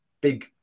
big